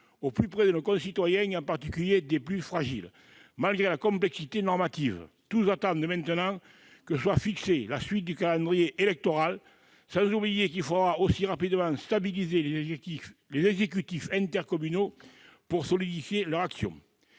au plus près de nos concitoyens, et en particulier des plus fragiles, malgré la complexité normative. Tous attendent maintenant que soit fixée la suite du calendrier électoral, sans oublier qu'il faudra aussi rapidement stabiliser les exécutifs intercommunaux pour solidifier leur action.